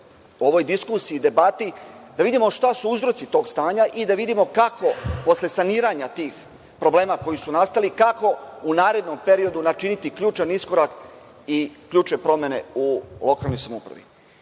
u ovoj diskusiji, debati, da vidimo šta su uzroci tog stanja i da vidimo kako posle saniranja tih problema koji su nastali, kako u narednom periodu načiniti ključan iskorak i ključne promene u lokalnoj samoupravi. Mnogo